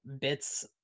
bits